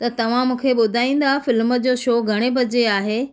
त तव्हां मूंखे ॿुधाईंदा फिल्म जो शो घणे वजे आहे